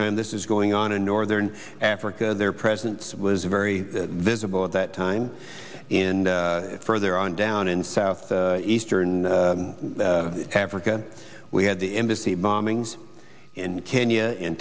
time this is going on in northern africa their presence was very visible at that time in further on down in south eastern africa we had the embassy bombings in kenya in